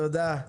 תודה.